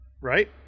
right